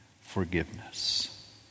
forgiveness